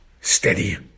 steady